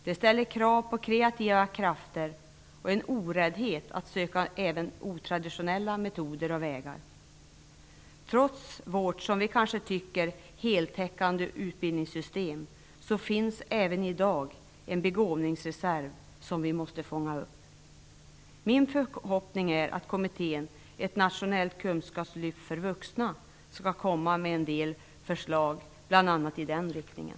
Det ställer krav på kreativa krafter och en oräddhet att söka även otraditionella metoder och vägar. Trots vårt, som vi kanske tycker, heltäckande utbildningssystem finns det även i dag en begåvningsreserv, som vi måste fånga upp. Min förhoppning är att kommittén "Ett nationellt kunskapslyft för vuxna" skall lägga fram en hel del förslag i bl.a. den riktningen.